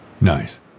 nice